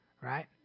right